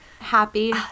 happy